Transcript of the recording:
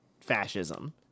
fascism